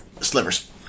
Slivers